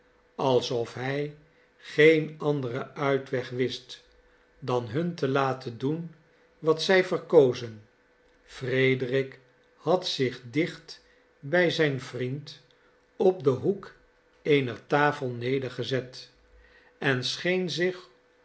alsof hij geen anderen uitweg wist dan hun te laten doen wat zij verkozen frederik had zich dicht bij zijn vriend op den hoek eener tafel nedergezet en scheen zich